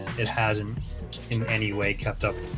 it hasn't in any way kept up